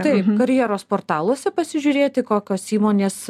taip karjeros portaluose pasižiūrėti kokios įmonės